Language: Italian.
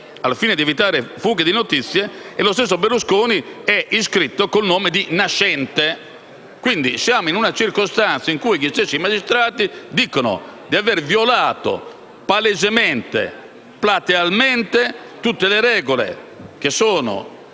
al fine di evitare fughe di notizie, e lo stesso Berlusconi è iscritto col nome di Nascente. Quindi siamo in una circostanza in cui gli stessi magistrati dicono di aver violato palesemente, platealmente, tutte le regole che sono